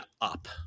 up